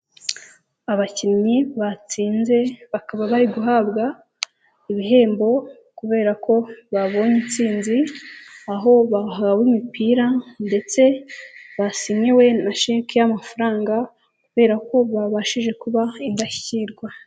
Abakinnyi batsinze bakaba bari guhabwa ibihembo kubera ko babonye intsinzi, aho bahawe imipira ndetse basinyiwe na sheki y'amafaranga kubera ko babashije kuba indashyikirwa.